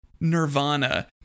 Nirvana